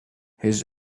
his